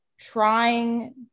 trying